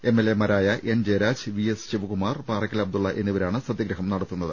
എംഎൽമാരായ N Jayaraj VS Sivakumar Parakkal Abdulla എന്നിവരാണ് സത്യഗ്രഹം നടത്തുന്നത്